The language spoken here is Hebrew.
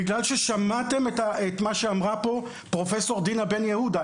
בגלל ששמעתם את מה שאמרה פה פרופ' דינה בן יהודה.